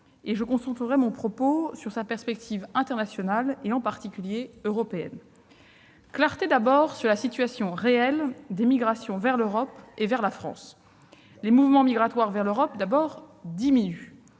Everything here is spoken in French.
Je concentrerai mon propos sur sa perspective internationale, en particulier européenne. Nous avons, tout d'abord, besoin de clarté sur la situation réelle des migrations vers l'Europe et vers la France. Les mouvements migratoires vers l'Europe diminuent.